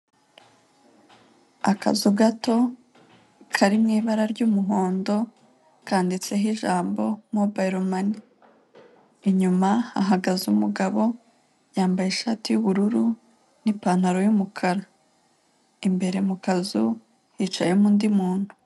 Akazu gato kari mu ibara ry'umuhondo kanditseho ijambo mobayilomani inyuma hahagaze umugabo yambaye ishati y'ubururu n'ipantaro y'umukara, imbere mu kazu hicayemo undi muntu.